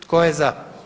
Tko je za?